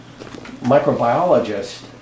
microbiologist